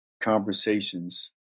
conversations